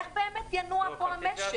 איך באמת ינוע פה המשק?